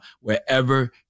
wherever